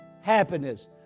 Happiness